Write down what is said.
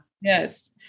Yes